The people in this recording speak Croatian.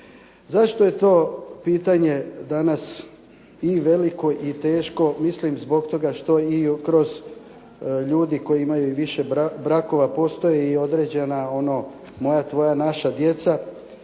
Zašto je to pitanje danas i veliko i teško, mislim zbog toga što ljudi koji imaju više brakova postoji i određena moja, tvoja, naša djeca.